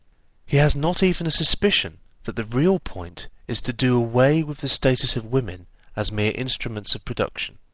he has not even a suspicion that the real point is to do away with the status of women as mere instruments of production.